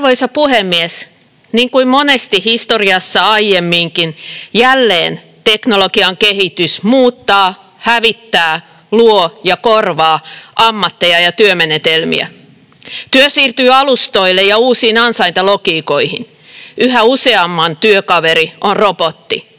Arvoisa puhemies! Niin kuin monesti historiassa aiemminkin, jälleen teknologian kehitys muuttaa, hävittää, luo ja korvaa ammatteja ja työmenetelmiä. Työ siirtyy alustoille ja uusiin ansaintalogiikoihin. Yhä useamman työkaveri on robotti.